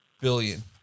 billion